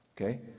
Okay